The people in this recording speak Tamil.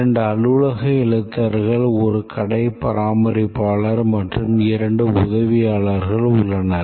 இரண்டு அலுவலக எழுத்தர்கள் ஒரு கடை பராமரிப்பாளர் மற்றும் இரண்டு உதவியாளர்கள் உள்ளனர்